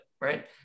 right